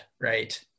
Right